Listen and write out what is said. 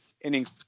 innings